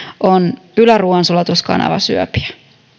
on yläruoansulatuskanavan syöpiä